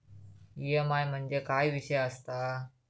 EMI म्हणजे काय विषय आसता?